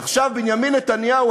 עכשיו בנימין נתניהו,